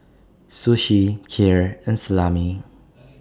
Sushi Kheer and Salami